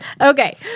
Okay